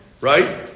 right